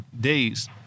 days